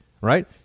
right